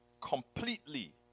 completely